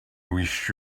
wish